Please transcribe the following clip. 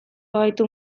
gaitu